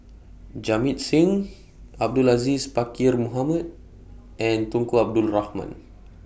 Jamit Singh Abdul Aziz Pakkeer Mohamed and Tunku Abdul Rahman